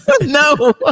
No